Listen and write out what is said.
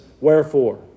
Wherefore